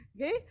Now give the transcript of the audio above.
Okay